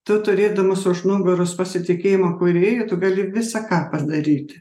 tu turėdamas už nugaros pasitikėjimą kūrėju tu gali visa ką padaryti